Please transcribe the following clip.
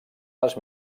les